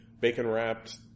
bacon-wrapped